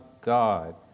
God